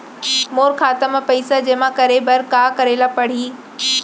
मोर खाता म पइसा जेमा करे बर का करे ल पड़ही?